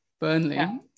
Burnley